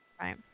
right